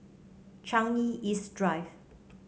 Changi East Drive